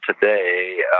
today